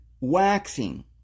waxing